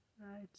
right